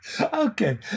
Okay